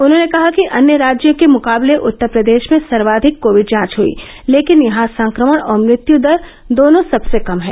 उन्होंने कहा कि अन्य राज्यों के मुकाबले उत्तर प्रदेश में सर्वाधिक कोविड जांच हई लेकिन यहां संक्रमण और मुत्युदर दोनों सबसे कम है